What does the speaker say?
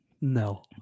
No